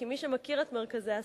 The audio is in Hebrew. כי מי שמכיר את מרכזי הסיוע,